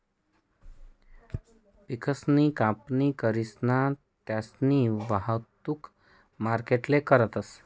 पिकसनी कापणी करीसन त्यास्नी वाहतुक मार्केटले करतस